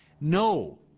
No